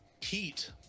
Heat